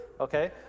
okay